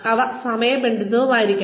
അവ സമയബന്ധിതമായിരിക്കണം